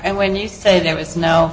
and when you say there is no